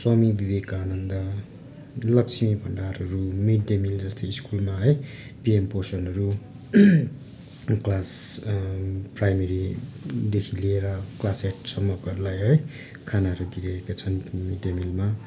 स्वामी विवेकानन्द लक्ष्मी भण्डारहरू mid day meal जस्तै स्कुलमा है पिएम पोषणहरू क्लास प्राइमेरीदेखि लिएर क्लास एटसम्मकोहरूलाई है खानाहरू दिएका छन् मिड डे मिलमा